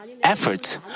efforts